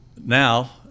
Now